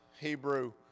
Hebrew